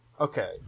Okay